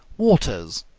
waters,